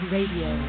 Radio